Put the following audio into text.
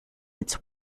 its